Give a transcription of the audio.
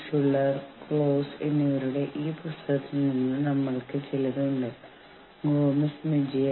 ഞാൻ നിങ്ങൾക്ക് അവയുടെ പേരുകൾ നൽകിയെങ്കിലും അവ എന്താണെന്ന് ഞാൻ നിങ്ങളോട് പറഞ്ഞില്ല